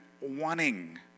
wanting